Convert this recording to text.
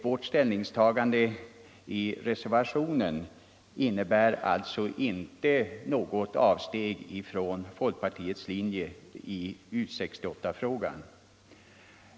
Vårt ställningstagande i reservationen innebär alltså inte något avsteg från folkpartiets linje i U 68-frågan.